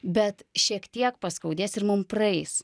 bet šiek tiek paskaudės ir mum praeis